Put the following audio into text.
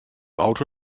auto